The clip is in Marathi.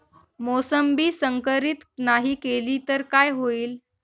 मोसंबी संकरित नाही केली तर काय होईल?